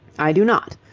i do not.